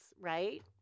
right